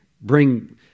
bring